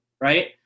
right